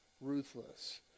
ruthless